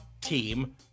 team